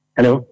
Hello